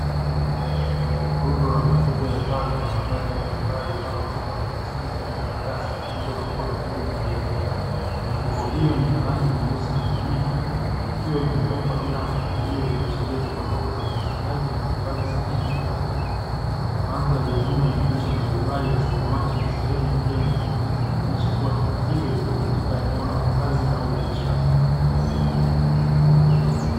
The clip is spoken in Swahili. Rundo la mifuko ya taka na mabaki mbalimbali kama chupa za plastiki na karatasi, zilizotupwa karibu na jengo, mifuko hiyo ni ya rangi nyeusi na kijivu, ikiwa imewekwa bila mpangilio, ikiashiria changamoto za ukusanyaji na utupaji sahihi wa taka. Mandhari ya nyuma inaonyesha turubai la samawati na sehemu ya jengo, ikionyesha kuwa taka hizo ziko katika eneo la makazi au biashara.